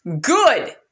good